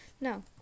No